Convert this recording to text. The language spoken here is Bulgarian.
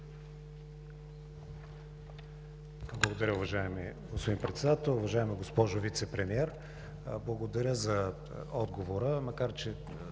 Благодаря, уважаеми господин Председател. Уважаема госпожо Вицепремиер, благодаря за отговора, макар че,